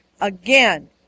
Again